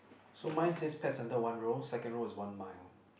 so mine pet centre one row second row is one mile